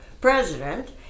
president